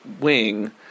wing